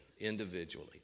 individually